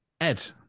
Ed